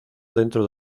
dentro